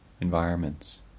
environments